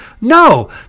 No